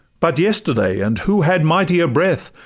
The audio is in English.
but yesterday and who had mightier breath?